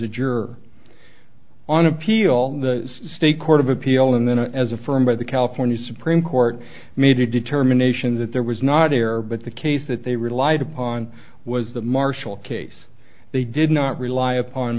a juror on appeal the state court of appeal and then as affirmed by the california supreme court made a determination that there was not error but the case that they relied upon was the marshall case they did not rely upon